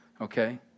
okay